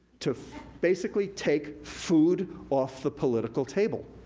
to basically take food off the political table,